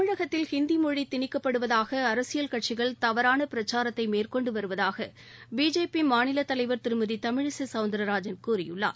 தமிழகத்தில் ஹிந்தி மொழி திணிக்கப்படுவதாக அரசியல் கட்சிகள் தவறான பிரச்சாரத்தை மேற்கொண்டு வருவதாக பிஜேபி மாநில தலைவர் திருமதி தமிழிசை சவுந்தரராஜன் கூறியுள்ளார்